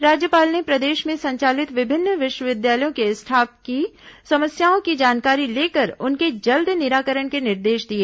राज्यपाल ने प्रदेश में संचालित विभिन्न विश्वविद्यालयों के स्टाफ की समस्याओं की जानकारी लेकर उनके जल्द निराकरण के निर्देश दिए